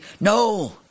No